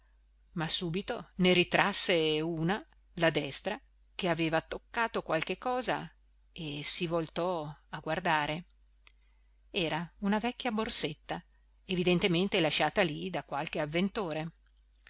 ma subito ne ritrasse una la destra che aveva toccato qualche cosa e si voltò a guardare era una vecchia borsetta evidentemente lasciata lì da qualche avventore